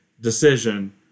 decision